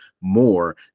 more